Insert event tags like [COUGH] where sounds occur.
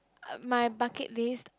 [NOISE] my bucket list